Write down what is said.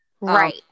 Right